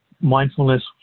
mindfulness